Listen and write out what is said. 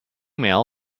mail